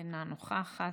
אינה נוכחת,